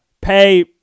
pay